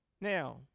now